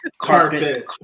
Carpet